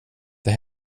det